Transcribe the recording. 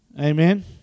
Amen